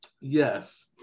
yes